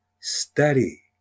study